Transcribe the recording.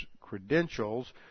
credentials